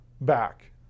back